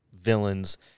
villains